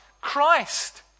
Christ